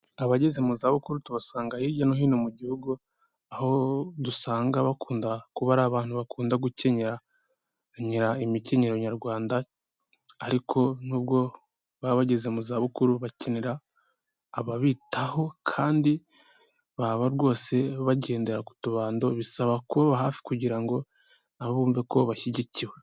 Abageze mu zabukuru tubasanga hirya no hino mu gihugu aho dusanga bakunda kuba ari abantu bakunda gukenyera imikenyero nyarwanda ariko nubwo baba bageze mu zabukuru bakenera ababitaho kandi baba rwose bagendera ku tubando bisaba kubaba hafi kugira ngo nabo bumve ko bashyigikiwe.